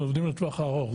אנחנו עובדים לטווח הארוך,